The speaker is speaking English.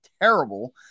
Terrible